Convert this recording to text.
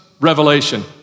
revelation